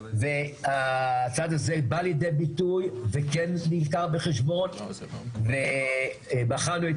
והצד הזה בא לידי ביטוי וכן נלקח בחשבון ובחנו את